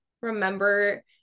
remember